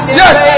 yes